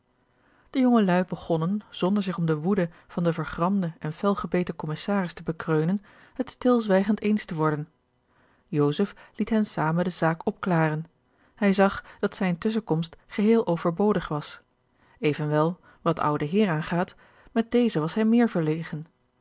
de jongeluî begonnen zonder zich om de woede van den vergramden en fel gebeten commissaris te bekreunen het stilzwijgend eens te worden joseph liet hen zamen de zaak opklaren hij zag dat zijne tusschenkomst geheel overbodig was evenwel wat den ouden heer aangaat met dezen was hij meer